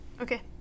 Okay